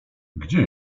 gdzie